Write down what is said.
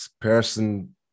person